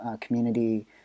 community